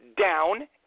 down